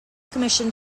commissioned